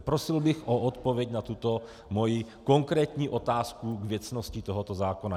Prosil bych o odpověď na tuto moji konkrétní otázku k věcnosti tohoto zákona.